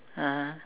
(uh huh)